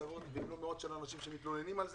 מעשרות אם לא מאות אנשים שמתלוננים על זה.